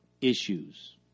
issues